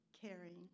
caring